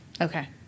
Okay